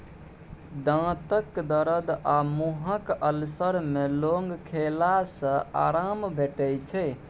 दाँतक दरद आ मुँहक अल्सर मे लौंग खेला सँ आराम भेटै छै